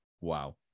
Wow